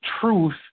truth